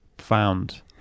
Found